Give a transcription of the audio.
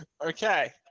Okay